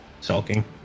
Sulking